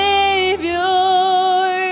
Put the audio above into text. Savior